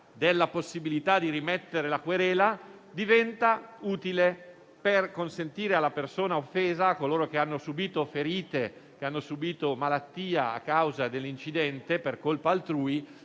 della possibilità di rimettere la querela diventa utile per consentire alla stessa, ovvero a coloro che hanno subito ferite, malattia, a causa dell'incidente per colpa altrui,